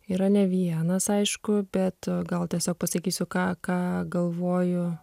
yra ne vienas aišku bet gal tiesiog pasakysiu ką ką galvoju